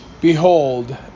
Behold